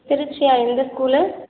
திருச்சியா எந்த ஸ்கூலு